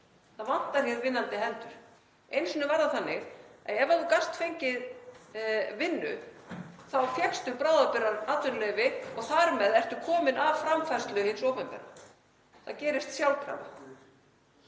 Það vantar hér vinnandi hendur. Einu sinni var það þannig að ef þú gast fengið vinnu, þá fékkstu bráðabirgðaatvinnuleyfi og þar með varstu kominn af framfærslu hins opinbera. Það gerðist sjálfkrafa.